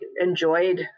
enjoyed